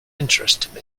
interest